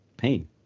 pain